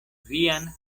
vian